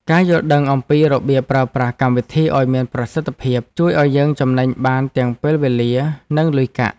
ការយល់ដឹងអំពីរបៀបប្រើប្រាស់កម្មវិធីឱ្យមានប្រសិទ្ធភាព ជួយឱ្យយើងចំណេញបានទាំងពេលវេលានិងលុយកាក់។